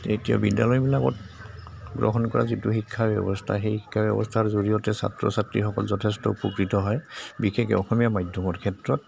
এতিয়া বিদ্যালয়বিলাকত গ্ৰহণ কৰা যিটো শিক্ষা ব্যৱস্থা সেই শিক্ষা ব্যৱস্থাৰ জৰিয়তে ছাত্ৰ ছাত্ৰীসকল যথেষ্ট উপকৃত হয় বিশেষকৈ অসমীয়া মাধ্যমৰ ক্ষেত্ৰত